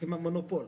עם המונופול.